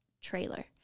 Trailer